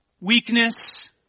weakness